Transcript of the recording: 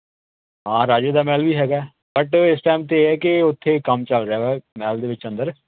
ਹਾਂ ਰਾਜੇ ਦਾ ਮਹਿਲ ਵੀ ਹੈਗਾ ਬਟ ਇਸ ਟਾਈਮ 'ਤੇ ਇਹ ਹੈ ਕਿ ਉੱਥੇ ਕੰਮ ਚੱਲ ਰਿਹਾ ਮਹਿਲ ਦੇ ਵਿੱਚ ਅੰਦਰ